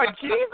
Jesus